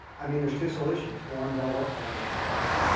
i mean there's two solutions. one, don't work for one of those companies.